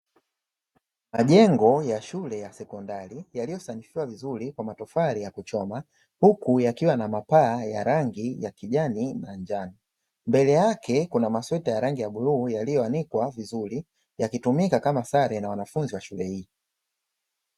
Majengo ya shule ya sekondari yaliyosanifiwa vizuri kwa matofali ya kuchoma huku yakiwa na mapaa ya rangi ya kijani na njano. Mbele yake kuna masweta ya rangi ya bluu yaliyoanikwa vizuri yakitumika kama sare na wanafunzi wa shule hii.